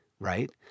Right